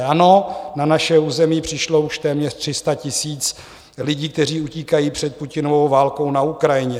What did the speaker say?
Ano, na naše území přišlo už téměř 300 tisíc lidí, kteří utíkají před Putinovou válkou na Ukrajině.